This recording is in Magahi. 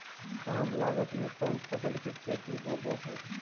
काम लागत में कौन फसल के खेती होबो हाय?